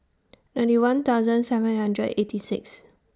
ninety one thousand seven hundred eighty six